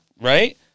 Right